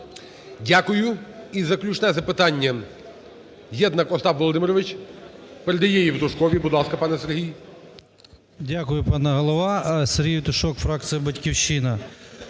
Дякую. І заключне запитання Єднак Остап Володимирович передає Євтушкові. Будь ласка, пане Сергій.